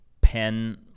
pen